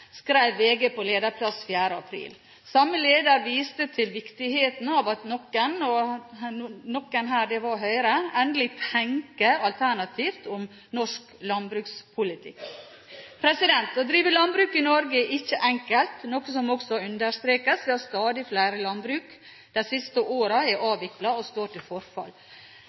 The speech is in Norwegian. VG på lederplass 4. april. Samme leder viste til viktigheten av at noen – noen her var Høyre – endelig tenker alternativt om norsk landbrukspolitikk. Å drive landbruk i Norge er ikke enkelt, noe som også understrekes ved at stadig flere bruk de siste årene er avviklet, og står og forfaller. Bønder trenger, som alle andre, en inntekt til